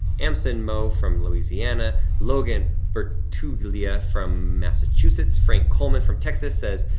amson mo from louisiana, logan bertuglia from massachusetts. frank coleman from texas says,